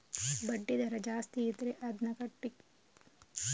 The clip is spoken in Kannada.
ಬಡ್ಡಿ ದರ ಜಾಸ್ತಿ ಇದ್ರೆ ಅದ್ನ ಕಟ್ಲಿಕ್ಕೆ ಕೂಡಾ ಕೆಲವೊಮ್ಮೆ ಕಷ್ಟ ಆಗ್ತದೆ